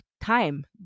time